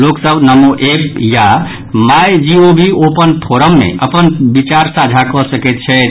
लोक सभ नमो एप या माईजीओवी ओपन फोरम मे अपन विचार साझा कऽ सकैत छथि